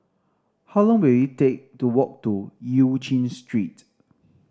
how long will it take to walk to Eu Chin Street